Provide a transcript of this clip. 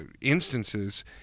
instances